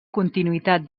continuïtat